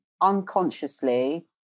unconsciously